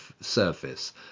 surface